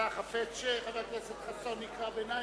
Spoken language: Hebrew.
אתה חפץ שחבר הכנסת חסון יקרא קריאות ביניים?